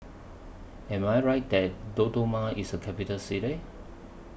Am I Right that Dodoma IS A Capital City